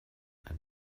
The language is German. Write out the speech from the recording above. ein